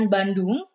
Bandung